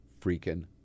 freaking